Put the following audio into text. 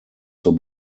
zur